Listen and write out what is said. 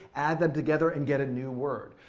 add them together and get a new word?